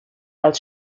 als